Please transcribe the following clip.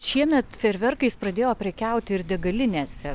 šiemet fejerverkais pradėjo prekiauti ir degalinėse